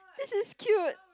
this is cute